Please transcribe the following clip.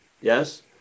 Yes